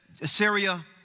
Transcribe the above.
Assyria